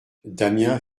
damiens